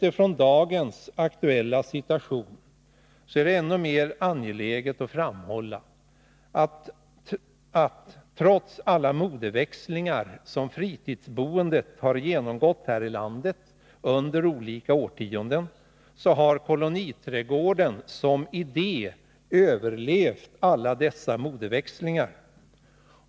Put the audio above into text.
I dagens situation är det än mer angeläget att framhålla att koloniträdgården som idé har överlevt alla modeväxlingar som fritidsboendet här i landet under olika årtionden har genomgått.